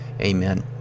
Amen